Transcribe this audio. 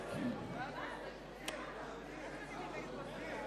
ההסתייגות של חבר הכנסת אופיר פינס-פז לסעיף 1 לא נתקבלה.